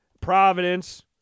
Providence